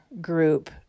group